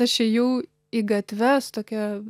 aš ėjau į gatves tokia